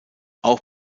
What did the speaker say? auch